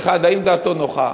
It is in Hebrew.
1. האם דעתו נוחה